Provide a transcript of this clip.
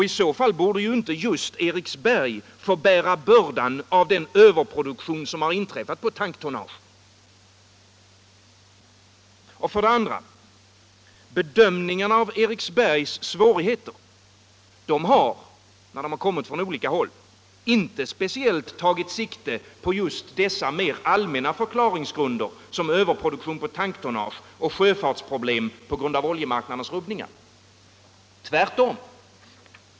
I så fall borde ju inte just Eriksberg få bära bördan av den överproduktionen på tanktonnage. För det andra: Bedömningarna av Eriksbergs svårigheter har, när de kommit från olika håll, inte speciellt tagit sikte på just dessa mer allmänna förklaringsgrunder som överproduktion på tanktonnage och sjöfartsproblem på grund av oljemarknadens rubbningar. Tvärtom!